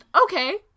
okay